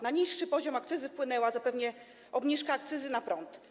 Na niższy poziom akcyzy wpłynęła zapewne obniżka akcyzy na prąd.